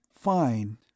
fine